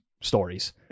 stories